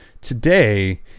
Today